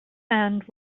sand